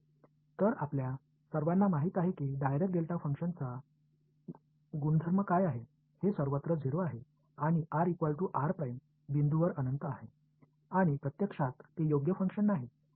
तर आपल्या सर्वांना माहित आहे की डायराक डेल्टा फंक्शनचा गुणधर्म काय आहे हे सर्वत्र 0 आहे आणि r r बिंदूवर अनंत आहे आणि प्रत्यक्षात ते योग्य फंक्शन नाही